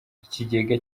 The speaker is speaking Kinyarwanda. ikigega